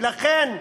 ולכן,